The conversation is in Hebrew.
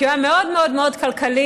כי הוא היה מאוד מאוד מאוד כלכלי,